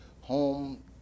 home